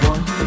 One